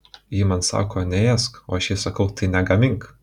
ji man sako neėsk o aš jai sakau tai negamink